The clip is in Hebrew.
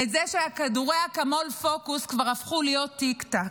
את זה שכדורי אקמול פוקוס כבר הפכו להיות טיק-טק.